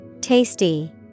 Tasty